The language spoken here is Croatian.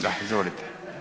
Da, izvolite.